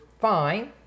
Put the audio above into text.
fine